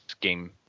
game